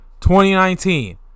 2019